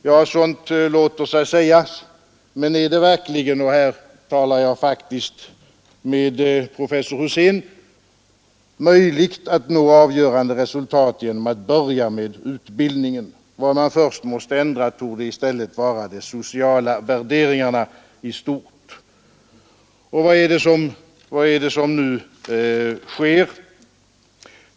Ja, sådant låter sig sägas, men är det verkligen — här talar jag faktiskt med professor Husén — möjligt att nå avgörande resultat genom att börja med utbildningen? Vad man först måste ändra på torde i stället vara de sociala värderingarna i stort. Vad är det som nu sker, herr Alemyr?